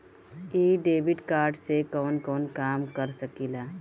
इ debit card से कवन कवन काम कर सकिला?